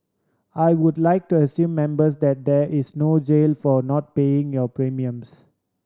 I would like to assure Members that there is no jail for not paying your premiums